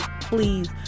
please